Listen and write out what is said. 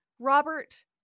Robert